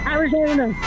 Arizona